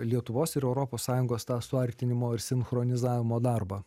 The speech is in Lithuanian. lietuvos ir europos sąjungos tą suartinimo ir sinchronizavimo darbą